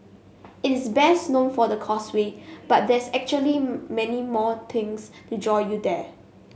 it is best known for the Causeway but there's actually many more things to draw you there